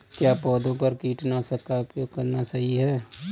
क्या पौधों पर कीटनाशक का उपयोग करना सही है?